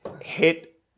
hit